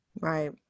Right